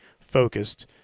focused